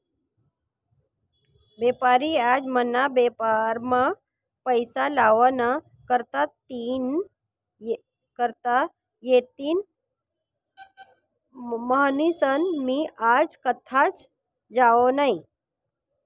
बेपारी आज मना बेपारमा पैसा लावा ना करता येतीन म्हनीसन मी आज कथाच जावाव नही